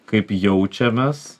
kaip jaučiamės